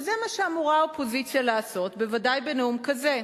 וזה מה שאמורה לעשות אופוזיציה, בוודאי בנאום כזה.